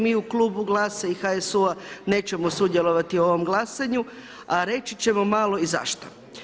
Mi u klubu GLAS-a i HSU-a nećemo sudjelovati u ovom glasanju, a reći ćemo malo i zašto.